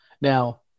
Now